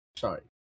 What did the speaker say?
Sorry